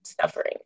suffering